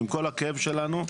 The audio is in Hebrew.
עם כל הכאב שלנו,